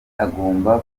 agomba